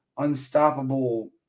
unstoppable